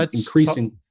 but increasing.